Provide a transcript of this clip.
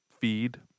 feed